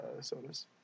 sodas